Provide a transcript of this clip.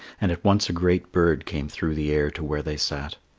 and at once a great bird came through the air to where they sat.